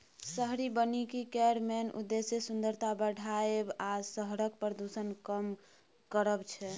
शहरी बनिकी केर मेन उद्देश्य सुंदरता बढ़ाएब आ शहरक प्रदुषण कम करब छै